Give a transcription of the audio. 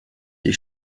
die